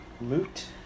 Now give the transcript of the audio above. Loot